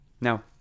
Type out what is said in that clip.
Now